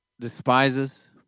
despises